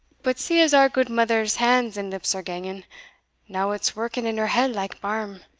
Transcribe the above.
but see as our gudemither's hands and lips are ganging now it's working in her head like barm